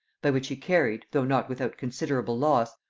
by which he carried, though not without considerable loss,